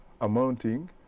amounting